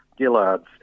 Gillard's